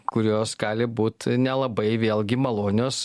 kurios gali būt nelabai vėlgi malonios